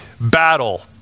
battle